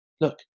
look